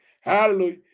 Hallelujah